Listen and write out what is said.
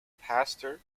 pastor